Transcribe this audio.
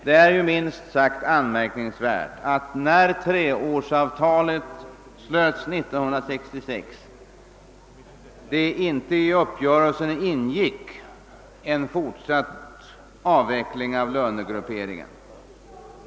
Det är minst sagt anmärkningsvärt att, när treårsavtalet slöts 1966, inte i uppgörelsen ingick en fortsatt avveckling av lönegrupperingen.